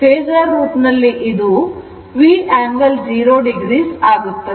phasor ರೂಪದಲ್ಲಿ ಇದು V angle 0 o ಆಗುತ್ತದೆ